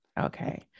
Okay